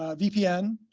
ah vpn,